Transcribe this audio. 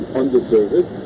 undeserved